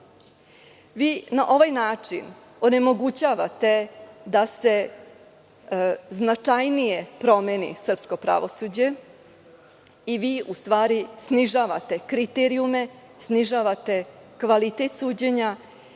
na ovaj način onemogućavate da se značajnije promeni srpsko pravosuđe i vi u stvari snižavate kriterijume, snižavate kvalitet suđenja